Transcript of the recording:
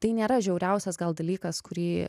tai nėra žiauriausias gal dalykas kurį